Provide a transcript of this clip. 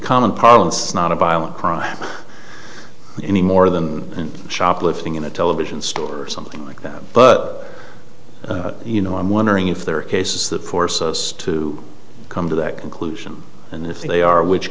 a violent crime any more than shoplifting in a television store or something like that but you know i'm wondering if there are cases that force us to come to that conclusion and if they are which